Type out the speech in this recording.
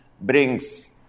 brings